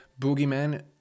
boogeyman